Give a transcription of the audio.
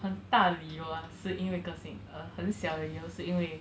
很大的理由是因为个性很小的理由是因为